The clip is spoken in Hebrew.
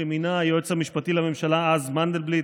שמינה היועץ המשפטי לממשלה אז מנדלבליט,